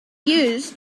used